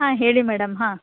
ಹಾಂ ಹೇಳಿ ಮೇಡಮ್ ಹಾಂ